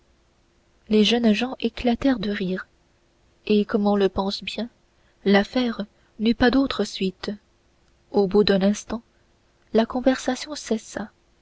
les jeunes gens éclatèrent de rire et comme on le pense bien l'affaire n'eut pas d'autre suite au bout d'un instant la conversation cessa